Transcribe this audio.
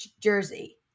Jersey